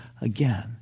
again